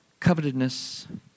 covetedness